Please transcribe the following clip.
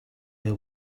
her